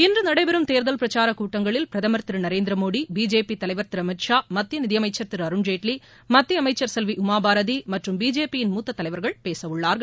இன்று நடைபெறும்தேர்தல் பிரச்சார கூட்டங்களில் பிரதமர் திரு நரேந்திரமோடி பிஜேபி தலைவர் திரு அமித் ஷா மத்திய நிதியமைச்சள் திரு அருண்ஜேட்லி மத்திய அமைச்சள் செல்வி உமா பாரதி மற்றும் பிஜேபியின் மூத்த தலைவர்கள் பேச உள்ளார்கள்